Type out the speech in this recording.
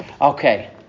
Okay